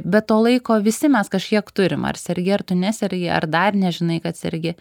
bet to laiko visi mes kažkiek turim ar sergi ar tu nesergi ar dar nežinai kad sergi